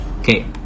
Okay